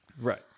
right